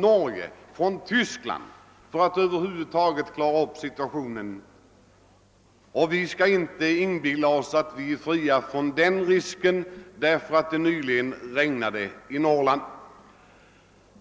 Norge och Tyskland för att klara upp situationen. Vi får inte inbilla oss att risken nu är över därför att det nyligen har regnat i Norrland.